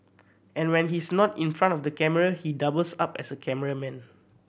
and when he's not in front of the camera he doubles up as a cameraman